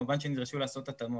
כמובן שנדרשנו לעשות התאמות.